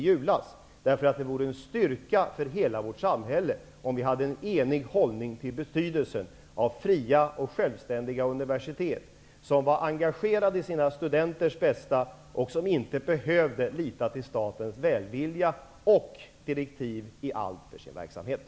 Det vore nämligen en styrka för hela vårt samhälle om vi var eniga i vår hållning till betydelsen av fria och självständiga universitet -- universitet som är engagerade i sina studenters bästa och som inte behöver lita till statens välvilja och direktiv i alla avseenden när det gäller verksamheten.